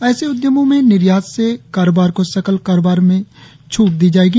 ऐसे उद्यमों में निर्यात से कारोबार को सकल कारोबार से छूट दी जाएगी